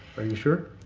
are you sure?